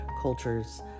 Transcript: cultures